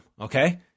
okay